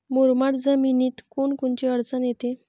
मुरमाड जमीनीत कोनकोनची अडचन येते?